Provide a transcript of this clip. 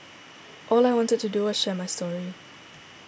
all I wanted to do was to share my story